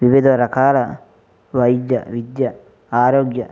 వివిధ రకాల వైద్య విద్య ఆరోగ్య